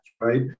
right